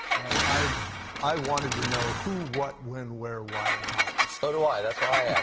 i i wanted to know who, what, when, where, why and how. so do i. that's why i